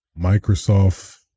Microsoft